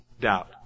doubt